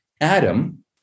Adam